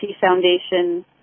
Foundation